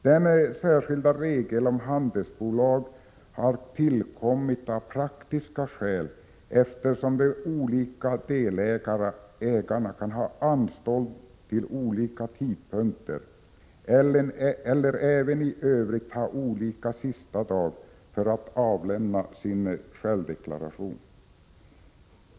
Den särskilda regeln om handelsbolag har tillkommit av praktiska skäl, eftersom de olika delägarna kan ha anstånd till olika tidpunkter eller även i övrigt ha olika sista dag för avlämnande av självdeklaration.